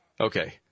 Okay